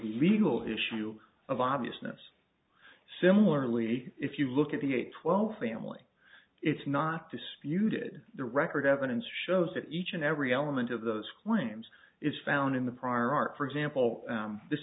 legal issue of obviousness similarly if you look at the eight twelve family it's not disputed the record evidence shows that each and every element of those claims is found in the prior art for example this